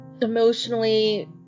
emotionally